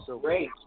great